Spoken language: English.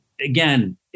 again